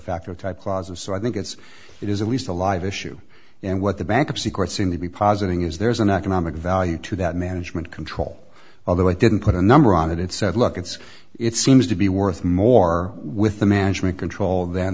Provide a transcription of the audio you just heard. factor type clauses so i think it's it is at least a live issue and what the bankruptcy courts seem to be positing is there's an economic value to that management control although i didn't put a number on it and said look it's it seems to be worth more with the management control than